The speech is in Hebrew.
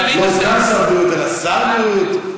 לא סגן שר הבריאות אלא שר בריאות,